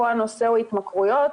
פה הנושא הוא התמכרויות,